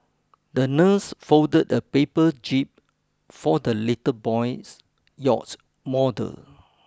the nurse folded a paper jib for the little boy's yacht model